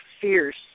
fierce